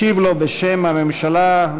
ישיב לו בשם הממשלה,